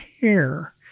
hair